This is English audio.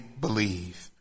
believe